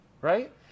right